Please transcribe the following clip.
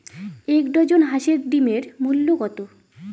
এক ডজন হাঁসের ডিমের মূল্য কত?